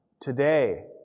Today